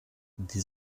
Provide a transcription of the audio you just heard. die